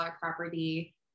property